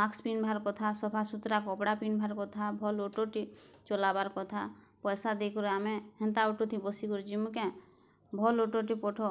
ମାକ୍ସ ପିନ୍ଧିବାର୍ କଥା ସଫାସୁତୁରା କପଡ଼ା ପିନ୍ଧିବାର୍ କଥା ଭଲ୍ ଅଟୋଟିଏ ଚଲାବାର୍ କଥା ପଇସା ଦେଇ କରି ଆମେ ହେନ୍ତା ଅଟୋଥି ବସି କରିଁ ଯିବୁଁ କେଁ ଭଲ୍ ଅଟୋଟେ ପଠ